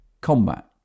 Combat